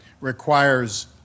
requires